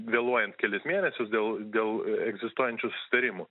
vėluojant kelis mėnesius dėl dėl egzistuojančių susitarimų